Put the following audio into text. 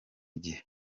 gihe